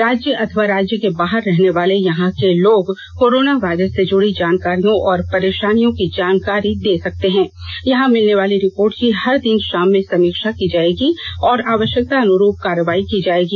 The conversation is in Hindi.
राज्य अथवा राज्य के बाहर रहने वाले यहां के लोग कोरोना वायरस से जुडी जानकारियों और परेशानियों की जानकारी दे सकते हैं यहां मिलने वाली रिपोर्ट की हर दिन शाम में समीक्षा की जाएगी और आवश्यकता अनुरूप कार्रवाई की जाएगी